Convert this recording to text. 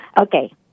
Okay